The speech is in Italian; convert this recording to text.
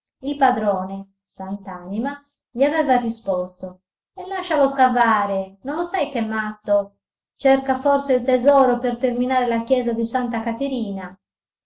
il padrone sant'anima gli aveva risposto e lascialo scavare non lo sai ch'è matto cerca forse il tesoro per terminare la chiesa di santa caterina